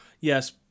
yes